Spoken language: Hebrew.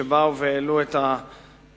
שבאו והעלו את היוזמה,